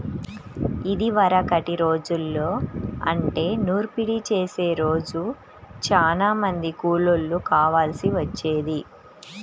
ఇదివరకటి రోజుల్లో అంటే నూర్పిడి చేసే రోజు చానా మంది కూలోళ్ళు కావాల్సి వచ్చేది